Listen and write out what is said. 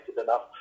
enough